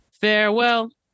farewell